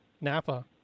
Napa